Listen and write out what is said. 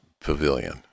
Pavilion